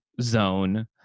zone